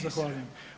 Zahvaljujem.